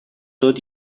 tot